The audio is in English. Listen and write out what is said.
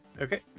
Okay